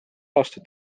aasta